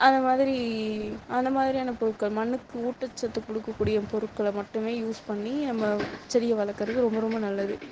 அந்த மாதிரி அந்த மாதிரியான பொருட்கள் மண்ணுக்கு ஊட்டச்சத்து கொடுக்கக் கூடிய பொருட்களை மட்டுமே யூஸ் பண்ணி நம்ம செடியை வளர்க்குறது ரொம்ப ரொம்ப நல்லது